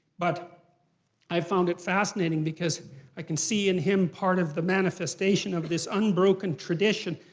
but i found it fascinating because i can see in him part of the manifestation of this unbroken tradition.